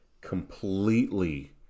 completely